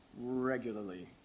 regularly